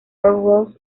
ross